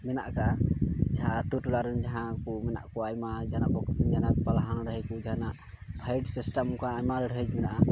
ᱢᱮᱱᱟᱜ ᱠᱟᱜᱼᱟ ᱡᱟᱦᱟᱸ ᱟᱹᱛᱩ ᱴᱚᱞᱟ ᱨᱮ ᱡᱟᱦᱟᱸ ᱠᱚ ᱢᱮᱱᱟᱜ ᱠᱚᱣᱟ ᱟᱭᱢᱟ ᱡᱟᱦᱟᱱᱟᱜ ᱵᱚᱠᱥᱤᱝ ᱯᱷᱟᱭᱤᱴ ᱥᱤᱥᱴᱮᱹᱢ ᱚᱱᱠᱟ ᱟᱭᱢᱟ ᱞᱟᱹᱲᱦᱟᱹᱭ ᱢᱮᱱᱟᱜᱼᱟ